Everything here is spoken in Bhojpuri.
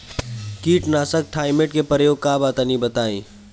कीटनाशक थाइमेट के प्रयोग का बा तनि बताई?